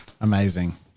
amazing